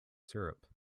syrup